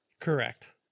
Correct